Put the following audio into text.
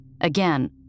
Again